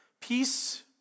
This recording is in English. Peace